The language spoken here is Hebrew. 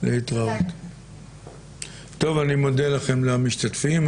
אני מודה למשתתפים.